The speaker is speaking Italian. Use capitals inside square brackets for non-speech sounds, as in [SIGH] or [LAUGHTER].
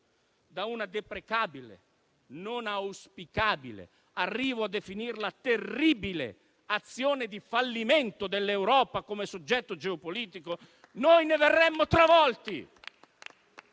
da una deprecabile, non auspicabile e - arrivo a definirla tale - terribile azione di fallimento dell'Europa come soggetto geopolitico? [APPLAUSE] Noi ne verremmo travolti.